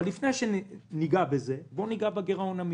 אבל לפני שניגע בזה ניגע בגירעון המבני: